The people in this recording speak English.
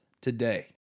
today